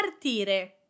partire